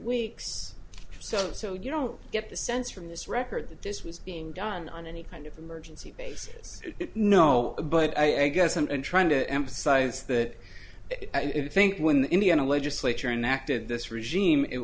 weeks or so so you don't get the sense from this record that this was being done on any kind of emergency basis no but i guess i'm trying to emphasize that i think when the indiana legislature and acted this regime it